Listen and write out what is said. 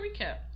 recap